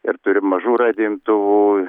ir turiu mažų radijo imtuvų